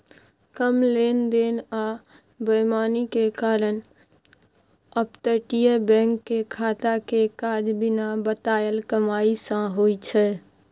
कम लेन देन आ बेईमानी के कारण अपतटीय बैंक के खाता के काज बिना बताएल कमाई सँ होइ छै